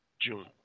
june